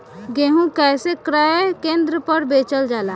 गेहू कैसे क्रय केन्द्र पर बेचल जाला?